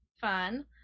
fun